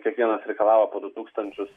kiekvienas reikalavo po du tūkstančius